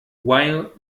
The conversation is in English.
while